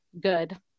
good